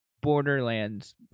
Borderlands